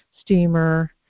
steamer